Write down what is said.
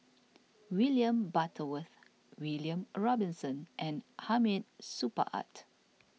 William Butterworth William Robinson and Hamid Supaat